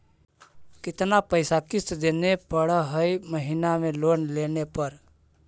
कितना पैसा किस्त देने पड़ है महीना में लोन लेने पर?